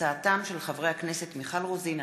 בהצעתם של חברי הכנסת מיכל רוזין,